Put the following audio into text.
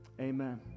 amen